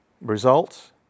Results